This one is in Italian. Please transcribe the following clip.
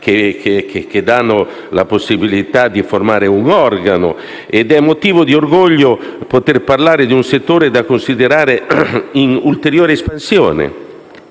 che dà la possibilità di formare un organo - ed è motivo di orgoglio poter parlare di un settore da considerare in ulteriore espansione.